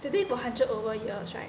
they live for hundred over years right